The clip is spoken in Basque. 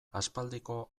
aspaldiko